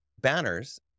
banners